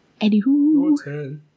anywho